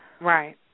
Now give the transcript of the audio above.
Right